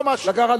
לא מאשים.